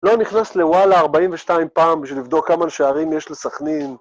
לא, נכנס לוואלה 42 פעם, בשביל לבדוק כמה שערים יש לסכנין.